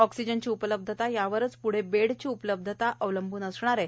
ऑक्सिजनची उपलब्धता यावरच प्रढे बेडची उपलब्धता अवलंबून असणार आहे